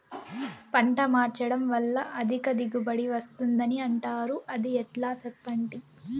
పంట మార్చడం వల్ల అధిక దిగుబడి వస్తుందని అంటారు అది ఎట్లా సెప్పండి